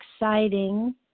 exciting